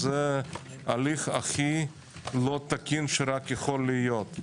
זה הליך הכי לא תקין שרק יכול להיות.